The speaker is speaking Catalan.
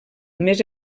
més